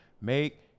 Make